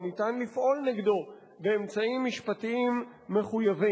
או אפשר לפעול נגדו באמצעים משפטיים מחויבים.